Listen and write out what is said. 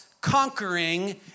conquering